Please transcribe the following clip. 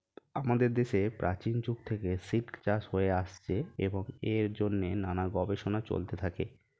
আমাদের দেশে প্রাচীন যুগ থেকে সিল্ক চাষ হয়ে আসছে এবং এর জন্যে নানান গবেষণা চলতে থাকে